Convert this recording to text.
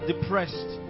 depressed